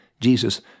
Jesus